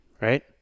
Right